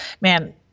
man